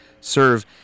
serve